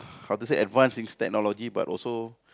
how to say advanced in technology but also